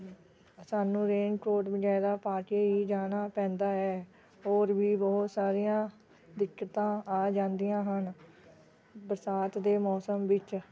ਸਾਨੂੰ raincoat ਵਗੈਰਾ ਪਾ ਕੇ ਹੀ ਜਾਣਾ ਪੈਂਦਾ ਹੈ ਹੋਰ ਵੀ ਬਹੁਤ ਸਾਰੀਆਂ ਦਿੱਕਤਾਂ ਆ ਜਾਂਦੀਆਂ ਹਨ ਬਰਸਾਤ ਦੇ ਮੌਸਮ ਵਿੱਚ